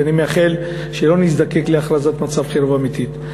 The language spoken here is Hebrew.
ואני מאחל שלא נזדקק להכרזת מצב חירום אמיתי.